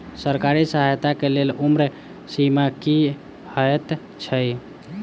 सरकारी सहायता केँ लेल उम्र सीमा की हएत छई?